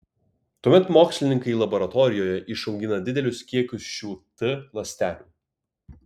tuomet mokslininkai laboratorijoje išaugina didelius kiekius šių t ląstelių